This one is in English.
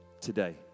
today